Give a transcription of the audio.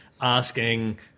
asking